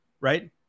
Right